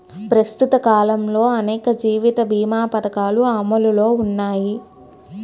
ప్రస్తుత కాలంలో అనేక జీవిత బీమా పధకాలు అమలులో ఉన్నాయి